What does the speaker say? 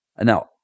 Now